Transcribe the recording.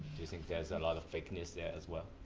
do you think there's a lot of fakeness there as well?